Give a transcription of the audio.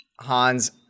Hans